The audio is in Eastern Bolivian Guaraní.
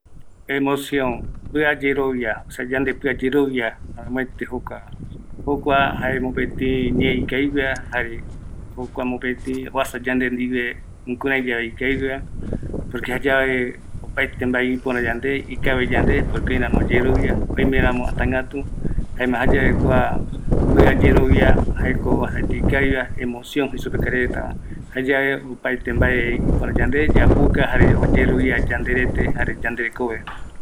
Guïramɨipeguaiño ou ñanemopiakañiino jare ou ta täta yayeroviarai misirai pegua jokua amovecepe oiko yande erei ouma mbae yae jaema ko yepe mbaetitei oiko kua emocion yande ndie täta yayerovia rai, yapukarai jare amovecepe jokua oiko yande ndie